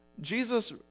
Jesus